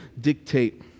dictate